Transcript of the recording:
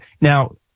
now